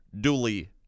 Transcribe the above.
duly